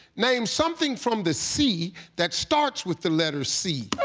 name something from the sea that starts with the letter c.